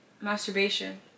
masturbation